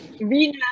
Vina